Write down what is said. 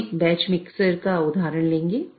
हम एक batch mixer का उदाहरण लेंगे